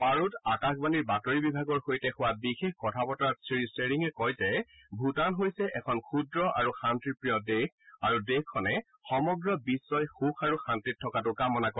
পাৰোত আকাশবাণীৰ বাতৰি বিভাগৰ সৈতে হোৱা বিশেষ কথা বতৰাত শ্ৰীধেৰিঙে কয় যে ভূটান হৈছে এখন ক্ষুদ্ৰ আৰু শান্তিপ্ৰিয় দেশ আৰু দেশখনে সমগ্ৰ বিশ্বই সুখ আৰু শান্তিত থকাটো কামনা কৰে